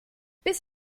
bis